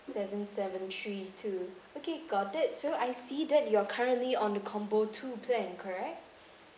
seven seven three two okay got it so I see that you're currently on the combo two plan correct